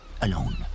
alone